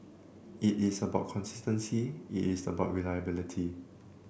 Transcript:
it is about consistency it is about reliability